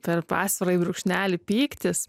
per pasvirąjį brūkšnelį pyktis